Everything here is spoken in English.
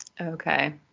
Okay